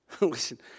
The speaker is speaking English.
Listen